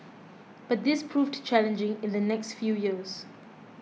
but this proved challenging in the next few years